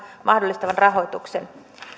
mahdollistavan rahoituksen